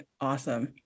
awesome